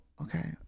okay